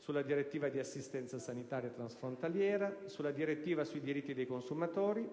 sulla direttiva sull'assistenza sanitaria trasfrontaliera, sulla direttiva sui diritti dei consumatori,